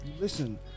listen